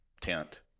tent